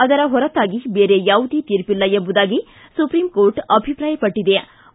ಅದರ ಹೊರತಾಗಿ ಬೇರೆ ಯಾವುದೇ ತೀರ್ಷಿಲ್ಲ ಎಂಬುದಾಗಿ ಸುಪ್ರೀಂಕೋರ್ಟ್ ಅಭಿಪ್ರಾಯಪಟ್ಟದೆ